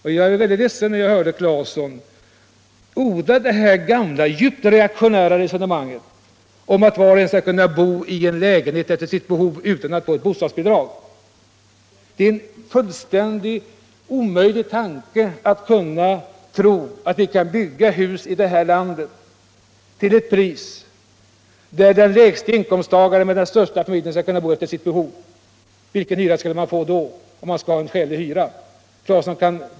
Och jag blev mycket ledsen när jag hörde herr Claeson driva det djupt reaktionära resonemanget att var och en skall kunna bo i en lägenhet efter sitt behov och utan att vara hänvisad till bostadsbidrag. Det är en fullständigt omöjlig tanke att bygga hus här i landet till ett pris som medger att den lägste inkomsttagaren med den stora familjen skall kunna bo efter sitt behov och utan hyresbidrag. Vilken hyra skulle han få då, för att den skulle vara skälig?